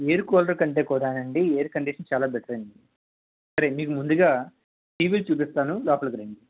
air cooler కంటే కూడా నండి ఎయిర్ కండిషనర్ చాలా బెటర్ అండి సరే మీకు ముందుగా టీవీ చూపిస్తాను లోపలికి రండి